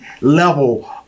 level